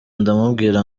ndamubwira